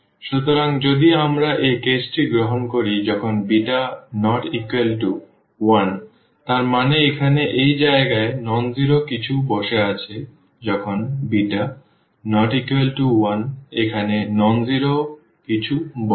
সুতরাং যদি আমরা এই কেসটি গ্রহণ করি যখন β≠ 1 তার মানে এখানে এই জায়গায় অ শূন্য কিছু বসে আছে যখন β≠ 1 এখানে অ শূন্য কিছু বসবে